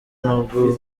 nubwo